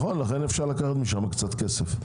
לכן אפשר לקחת משם קצת כסף.